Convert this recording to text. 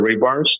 rebars